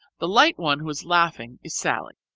the light one who is laughing is sallie,